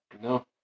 No